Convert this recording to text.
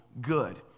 good